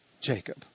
Jacob